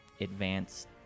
advanced